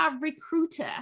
recruiter